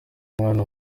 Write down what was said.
umwana